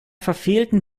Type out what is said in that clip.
verfehlten